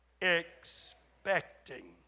expecting